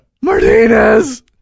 Martinez